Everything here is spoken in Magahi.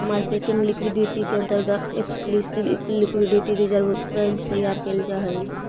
मार्केटिंग लिक्विडिटी के अंतर्गत एक्सप्लिसिट लिक्विडिटी रिजर्व तैयार कैल जा हई